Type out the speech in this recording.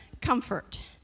comfort